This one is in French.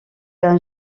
d’un